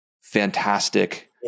fantastic